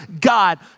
God